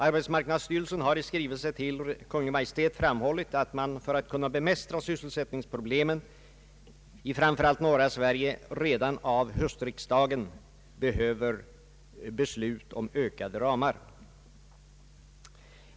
Arbetsmarknadsstyrelsen har i skrivelse till Kungl. Maj:t framhållit att man för att kunna bemästra sysselsättningsproblemen i framför allt norra Sverige redan av höstriksdagen behöver beslut om ökade ramar.